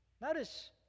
Notice